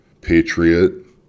patriot